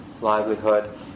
livelihood